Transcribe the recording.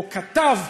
או כתב,